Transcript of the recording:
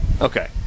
Okay